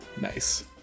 Nice